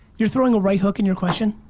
you're throwing a right hook in your question?